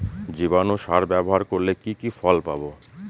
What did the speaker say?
জীবাণু সার ব্যাবহার করলে কি কি ফল পাবো?